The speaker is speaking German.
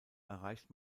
erreicht